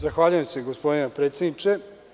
Zahvaljujem se, gospodine predsedniče.